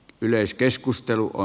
yleiskeskustelua